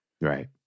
Right